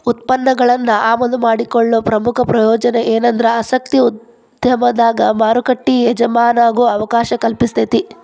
ಉತ್ಪನ್ನಗಳನ್ನ ಆಮದು ಮಾಡಿಕೊಳ್ಳೊ ಪ್ರಮುಖ ಪ್ರಯೋಜನ ಎನಂದ್ರ ಆಸಕ್ತಿಯ ಉದ್ಯಮದಾಗ ಮಾರುಕಟ್ಟಿ ಎಜಮಾನಾಗೊ ಅವಕಾಶ ಕಲ್ಪಿಸ್ತೆತಿ